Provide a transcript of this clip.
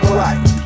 right